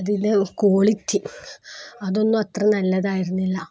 അതിന് ക്വാളിറ്റി അതൊന്നും അത്ര നല്ലതായിരുന്നില്ല